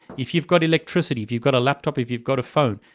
if you've got electricity, if you've got a laptop, if you've got a phone.